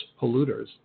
polluters